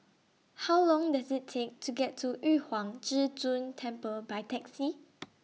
How Long Does IT Take to get to Yu Huang Zhi Zun Temple By Taxi